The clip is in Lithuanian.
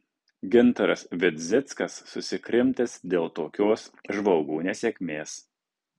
gintaras vidzickas susikrimtęs dėl tokios žvalgų nesėkmės